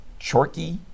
Chorky